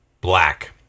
black